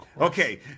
Okay